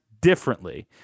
differently